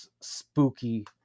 spooky